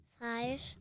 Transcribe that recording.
Five